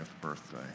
birthday